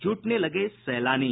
जुटने लगे सैलानी